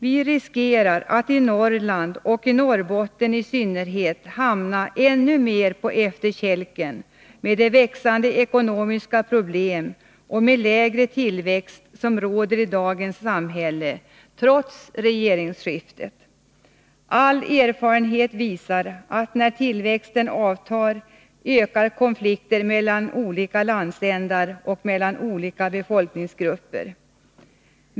Vi riskerar att i Norrland, och i Norrbotten i synnerhet, Nr 144 hamna ännu mer på efterkälken med de växande ekonomiska problem och Tisdagen den med den lägre tillväxt som finns i dagens samhälle trots regeringsskiftet. All 10 maj 1983 erfarenhet visar att när tillväxten avtar ökar konflikter mellan olika landsändar och mellan olika befolkningsgrupper.